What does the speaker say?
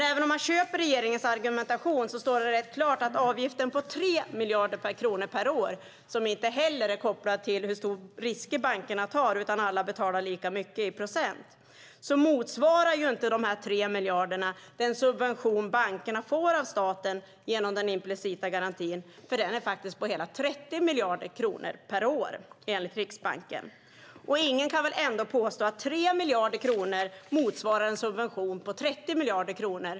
Även om man köper regeringens argumentation står det rätt klart att avgiften på 3 miljarder kronor per år, som inte är kopplad till hur stora risker bankerna tar utan alla betalar lika mycket i procent, inte motsvarar den subvention bankerna får av staten genom den implicita garantin, för den är faktiskt på hela 30 miljarder kronor per år enligt Riksbanken. Ingen kan påstå att 3 miljarder kronor motsvarar en subvention på 30 miljarder kronor.